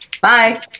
Bye